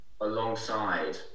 alongside